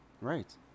Right